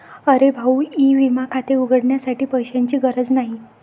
अरे भाऊ ई विमा खाते उघडण्यासाठी पैशांची गरज नाही